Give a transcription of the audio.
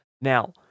Now